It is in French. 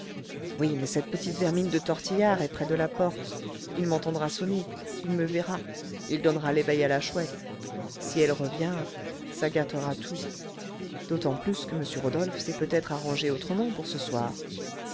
oui mais cette petite vermine de tortillard est près de la porte il m'entendra sonner il me verra il donnera l'éveil à la chouette si elle revient ça gâtera tout d'autant plus que m rodolphe s'est peut-être arrangé autrement pour ce soir